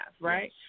right